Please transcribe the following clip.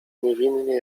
niewinnie